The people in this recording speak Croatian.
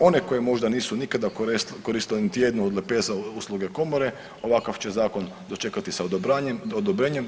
One koje možda nisu nikada koristile niti jednu od lepeza usluge komore ovakav će zakon dočekati sa odobranjem, odobrenjem.